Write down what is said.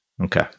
Okay